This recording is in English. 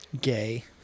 gay